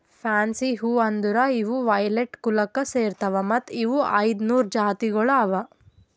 fancy ಹೂವು ಅಂದುರ್ ಇವು ವೈಲೆಟ್ ಕುಲಕ್ ಸೇರ್ತಾವ್ ಮತ್ತ ಇವು ಐದ ನೂರು ಜಾತಿಗೊಳ್ ಅವಾ